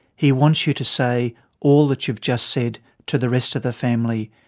he wants you to say all that you've just said to the rest of the family.